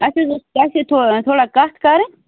اَسہِ حظ ٲس توہہ سۭتۍ تھوڑا تھوڑا کَتھ کَرٕنۍ